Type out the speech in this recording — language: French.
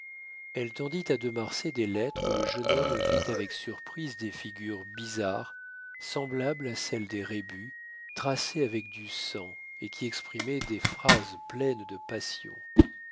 elle tendit à de marsay des lettres où le jeune homme vit avec surprise des figures bizarres semblables à celles des rébus tracées avec du sang et qui exprimaient des phrases pleines de passion